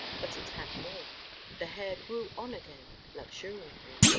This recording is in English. but it had more the hair grew on again luxuriantly,